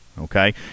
okay